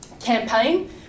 campaign